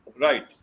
Right